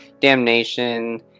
Damnation